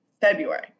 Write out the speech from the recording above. February